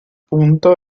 punto